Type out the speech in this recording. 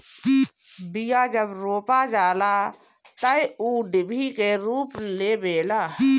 बिया जब रोपा जाला तअ ऊ डिभि के रूप लेवेला